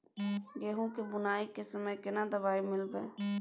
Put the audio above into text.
गहूम के बुनाई के समय केना दवाई मिलैबे?